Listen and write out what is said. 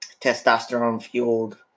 testosterone-fueled